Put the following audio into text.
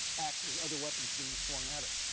axes, other weapons being swung at it.